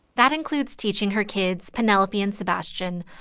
that includes teaching her kids, penelope and sebastian,